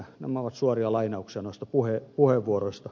nämä ovat suoria lainauksia noista puheenvuoroista